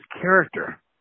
character